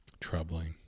troubling